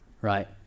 right